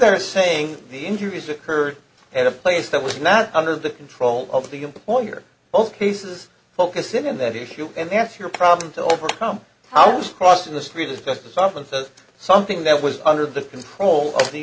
they're saying the injuries occurred at a place that was not under the control of the employer both cases focusing on that issue and that's your problem to overcome how those crossing the street is best to stop and says something that was under the control of the